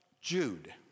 Jude